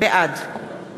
בעד